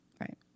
Right